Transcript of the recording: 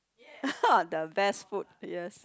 the best food yes